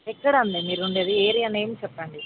ఎక్కడ అండి మీరు ఉండేది ఏరియా నేమ్ చెప్పండి